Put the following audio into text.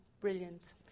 brilliant